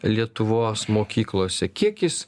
lietuvos mokyklose kiek jis